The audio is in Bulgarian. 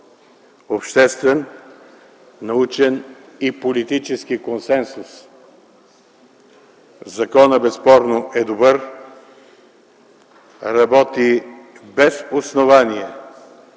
обществен, научен и политически консенсус. Законът безспорно е добър, работи без основание